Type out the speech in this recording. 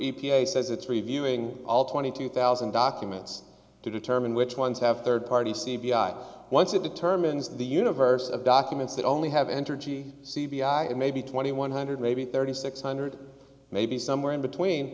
a says it's reviewing all twenty two thousand documents to determine which ones have third party c b i once it determines the universe of documents that only have entergy c b i and maybe twenty one hundred maybe thirty six hundred maybe somewhere in between